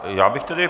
Já bych tedy...